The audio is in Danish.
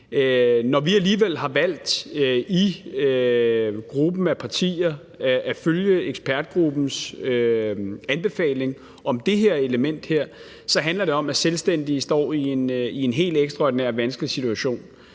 Når vi alligevel i gruppen af partier har valgt at følge ekspertgruppens anbefaling om det her element, handler det om, at selvstændige står i en helt ekstraordinær vanskelig situation.